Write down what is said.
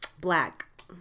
Black